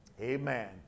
amen